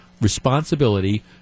responsibility